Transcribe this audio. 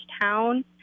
town